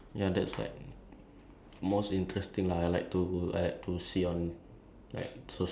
ya then they like some of the page like like they give like like fun facts or whatever lah